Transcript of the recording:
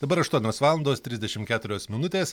dabar aštuonios valandos trisdešim keturios minutės